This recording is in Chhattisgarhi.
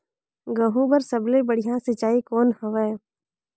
गहूं बर सबले बढ़िया सिंचाई कौन हवय?